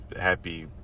happy